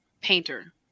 painter